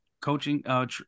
coaching